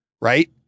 right